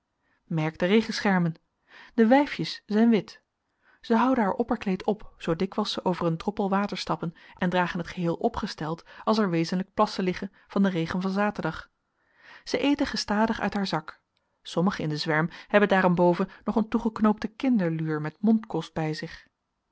merk de regenschermen de wijfjes zijn wit zij houden haar opperkleed op zoo dikwijls ze over een droppel water stappen en dragen t geheel opgesteld als er wezenlijk plassen liggen van den regen van zaterdag zij eten gestadig uit haar zak sommigen in den zwerm hebben daarenboven nog een toegeknoopte kinderluur met mondkost bij zich